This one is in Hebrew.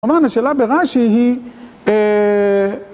אמרנו שאלה ברש"י היא...